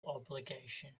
obligation